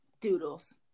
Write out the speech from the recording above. Doodles